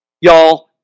Y'all